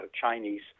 Chinese